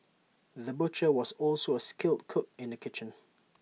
the butcher was also A skilled cook in the kitchen